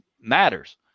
matters